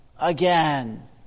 again